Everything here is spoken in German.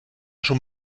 schon